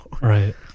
Right